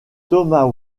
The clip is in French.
thomas